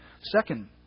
Second